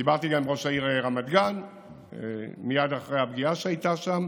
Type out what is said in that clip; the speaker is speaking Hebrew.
דיברתי גם עם ראש העיר רמת גן מייד אחרי הפגיעה שהייתה שם,